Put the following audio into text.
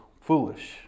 foolish